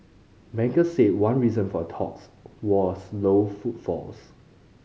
bankers said one reason for the talks was low footfalls